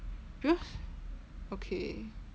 because okay